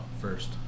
first